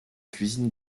cuisine